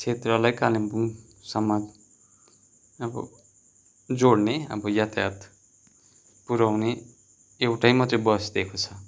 क्षेत्रलाई कालिम्पोङसम्म अब जोड्ने अब यातायात पुऱ्याउने एउटै मात्रै बस दिएको छ